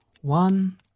one